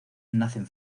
nacen